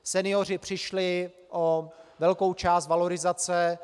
Senioři přišli o velkou část valorizace.